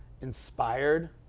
inspired